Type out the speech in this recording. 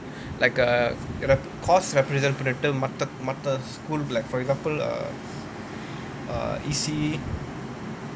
like a you know course represent மத்த:matha school like for example err err E_C